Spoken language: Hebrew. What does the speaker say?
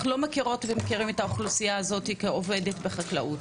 אנחנו לא מכירות ומכירים את האוכלוסייה הזאת כעובדת בחקלאות?